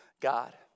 God